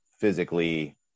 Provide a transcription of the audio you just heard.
physically